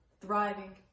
thriving